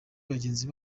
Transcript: bagenzi